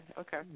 Okay